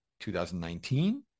2019